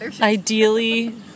ideally